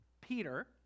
Peter